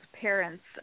parents